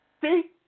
see